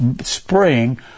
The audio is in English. spring